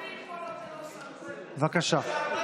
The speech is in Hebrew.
בבקשה.